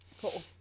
Cool